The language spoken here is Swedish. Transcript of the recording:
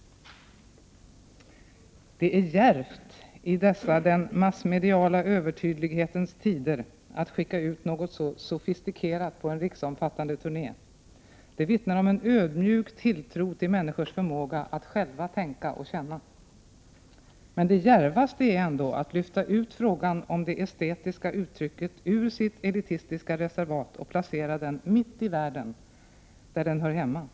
Det är djärvt i dessa den massmediala övertydlighetens tider att skicka ut något så sofistikerat på en riksomfattande turné. Det vittnar om en ödmjuk tilltro till människors förmåga att själva känna och tänka. Men det djärvaste är ändå att lyfta ut frågan om det estetiska uttrycket ur sitt elitistiska reservat och placera den mitt i världen, där den hör hemma.” Prot.